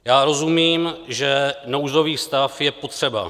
Já rozumím, že nouzový stav je potřeba.